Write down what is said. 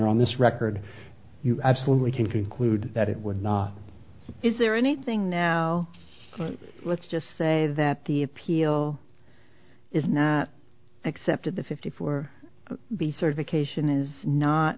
honor on this record you absolutely can conclude that it would not is there anything now let's just say that the appeal is not accepted the fifty for the certification is not